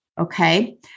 Okay